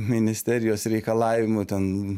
ministerijos reikalavimų ten